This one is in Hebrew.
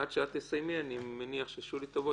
עד שאת תסיימי אני מניח ששולי תבוא,